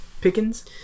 Pickens